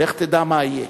לך תדע מה יהיה.